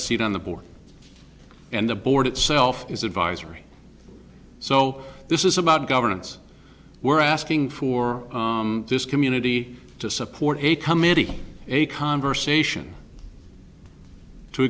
a seat on the board and the board itself is advisory so this is about governance we're asking for this community to support a come into a conversation to